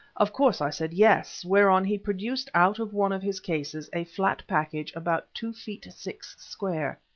of course i said yes, whereon he produced out of one of his cases a flat package about two feet six square.